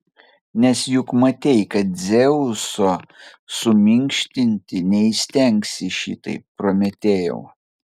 nes juk matei kad dzeuso suminkštinti neįstengsi šitaip prometėjau